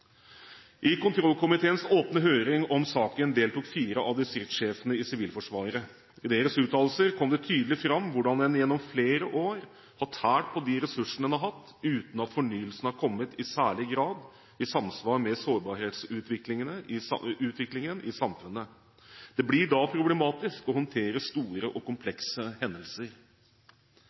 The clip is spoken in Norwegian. I kontrollkomiteens åpne høring om saken deltok fire av distriktssjefene i Sivilforsvaret. I deres uttalelser kom det tydelig fram hvordan en gjennom flere år har tært på de ressursene en har hatt, uten at fornyelsen har kommet i særlig grad i samsvar med sårbarhetsutviklingen i samfunnet. Det blir da problematisk å håndtere store og komplekse hendelser.